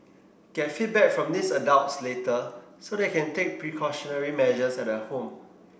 get feedback from these adults later so that you can take precautionary measures at the home